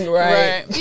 right